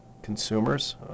consumers